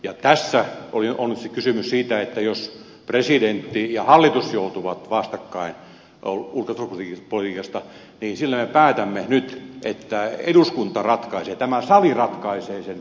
ja tässä on nyt siis kysymys siitä että jos presidentti ja hallitus joutuvat vastakkain ulko ja turvallisuuspolitiikassa niin me päätämme nyt että eduskunta ratkaisee tämä sali ratkaisee sen ristiriidan